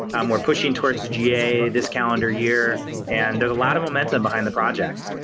um we're pushing towards ga this calendar year and there's a lot of momentum behind the project.